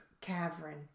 cavern